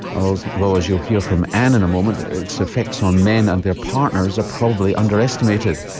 although as you'll hear from ann in a moment, ah its effects on men and their partners are probably underestimated.